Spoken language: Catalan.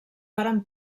varen